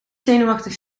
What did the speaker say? zenuwachtig